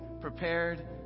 prepared